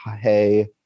hey